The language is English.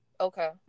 Okay